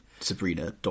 Sabrina